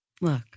look